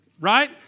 right